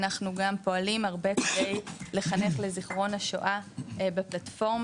אנחנו גם פועלים הרבה לחנך לזיכרון השואה בפלטפורמה,